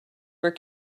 were